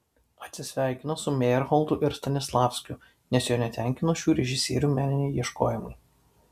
atsisveikino su mejerholdu ir stanislavskiu nes jo netenkino šių režisierių meniniai ieškojimai